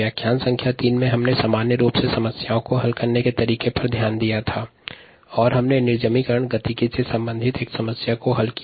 व्याख्यान संख्या 3 में निर्जमीकरण गतिकी से संबंधित समस्या को हल किया